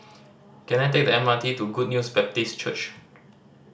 can I take the M R T to Good News Baptist Church